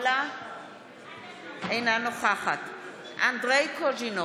אינה נוכחת אנדרי קוז'ינוב,